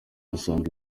usanga